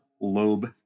lobe